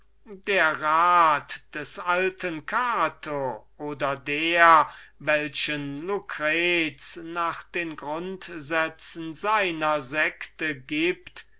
der rat des alten cato oder der welchen lucrez nach den grundsätzen seiner sekte gibt